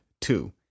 two